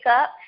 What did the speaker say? up